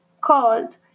called